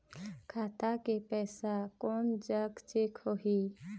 खाता के पैसा कोन जग चेक होही?